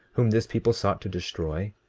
whom this people sought to destroy?